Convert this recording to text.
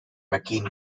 mckean